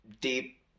deep